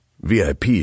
VIP